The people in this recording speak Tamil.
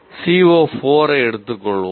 CO4 ஐ எடுத்துக் கொள்வோம்